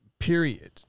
period